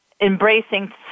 embracing